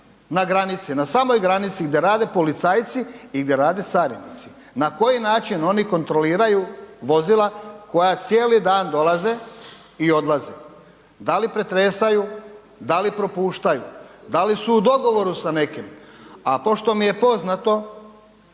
na samoj granici gdje rade policajci i gdje rade carinici. Na koji način oni kontroliraju vozila koja cijeli dan dolaze i odlaze. Da li pretresaju, da li propuštaju, da li su u dogovoru sa nekim, a ko što mi je poznato